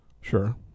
sure